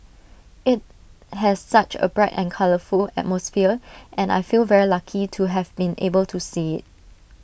IT has such A bright and colourful atmosphere and I feel very lucky to have been able to see IT